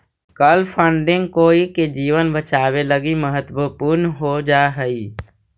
कल फंडिंग कोई के जीवन बचावे लगी महत्वपूर्ण हो जा हई